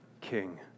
king